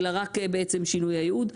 אלא רק בעצם שינוי הייעוד.